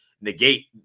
negate